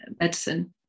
medicine